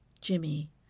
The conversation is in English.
Jimmy